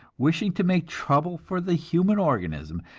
wishing to make trouble for the human organism,